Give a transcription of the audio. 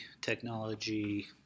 technology